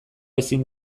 ezin